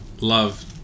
love